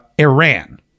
Iran